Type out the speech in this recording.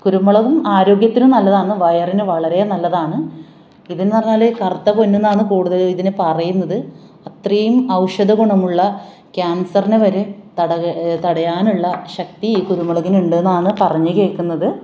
കുരുമുളകും ആരോഗ്യത്തിന് നല്ലതാണ് വയറിന് വളരെ നല്ലതാണ് ഇതെന്ന് പറഞ്ഞാൽ കറുത്ത പൊന്ന് എന്നാണ് കൂടുതലും ഇതിന് പറയുന്നത് അത്രയും ഔഷധ ഗുണമുള്ള ക്യാൻസറിനെ വരെ തട തടയാന് ഉള്ള ശക്തി ഈ കുരുമുളകിന് ഉണ്ട് എന്നാണ് പറഞ്ഞു കേൾക്കുന്നത്